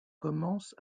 commence